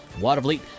Watervliet